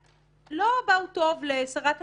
שלא בא טוב לשרת המשפטים,